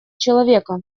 человека